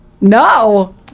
No